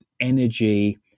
energy